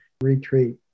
retreat